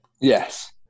yes